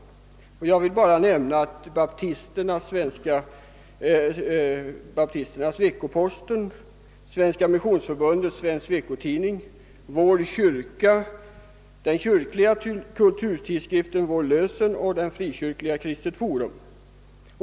Jag vill nämna baptisternas Veckoposten, Svenska missionsförbundets Svensk Veckotidning, Vår Kyrka, den kyrkliga kulturtidskriften Vår lösen och den frikyrkliga Kristet Forum.